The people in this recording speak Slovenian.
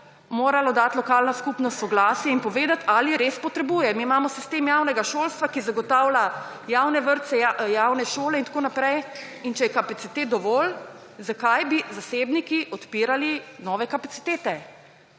morala dati soglasje in povedati, ali res potrebuje. Mi imamo sistem javnega šolstva, ki zagotavlja javne vrtce, javne šole in tako naprej. In če je kapacitet dovolj, zakaj bi zasebniki odpirali nove kapacitete?